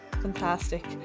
Fantastic